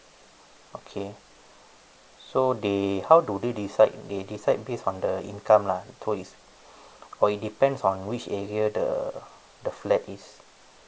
okay so they how do they decide they decide based on the income lah so is or it depends on which area the the flat is